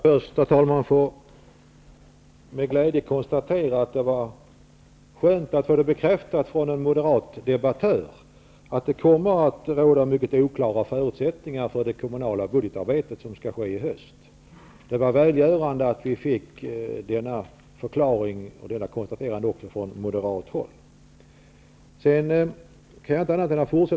Herr talman! Låt mig först med glädje få konstatera att det var skönt att få bekräftat från en moderat debattör att det kommer att råda mycket oklara förutsättningar för det kommunala budgetarbete som skall ske i höst. Det var välgörande att vi fick denna förklaring och detta konstaterande också från moderat håll.